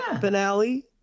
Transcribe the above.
finale